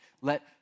Let